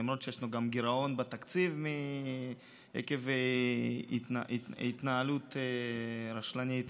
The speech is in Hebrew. למרות שיש גם גירעון בתקציב עקב התנהלות רשלנית.